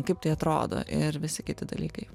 kaip tai atrodo ir visi kiti dalykai